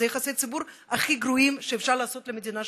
אלה יחסי הציבור הכי גרועים שאפשר לעשות למדינה שלנו.